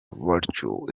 virtue